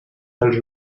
dels